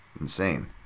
insane